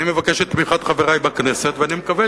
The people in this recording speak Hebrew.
אני מבקש את תמיכת חברי בכנסת ואני מקווה